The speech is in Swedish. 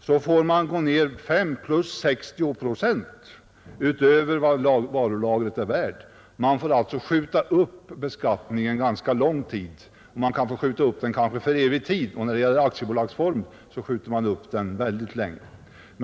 får man gå ned 5 plus 60 procent under vad varulagret är värt. Man får alltså skjuta upp beskattningen ganska lång tid, kanske för evig tid. När det gäller företag i aktiebolagsform skjuter man upp den mycket länge.